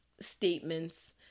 statements